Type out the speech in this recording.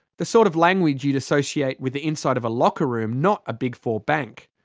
the sort of language you'd associate with the inside of a locker room, not a big-four bank.